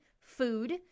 food